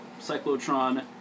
Cyclotron